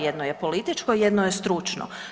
Jedno je političko, jedno je stručno.